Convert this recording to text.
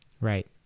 Right